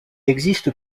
existe